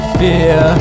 fear